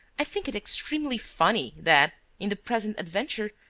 i think it extremely funny that, in the present adventure,